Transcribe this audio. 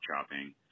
chopping